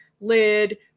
lid